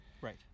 Right